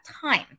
time